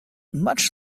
much